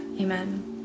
Amen